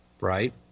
right